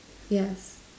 yes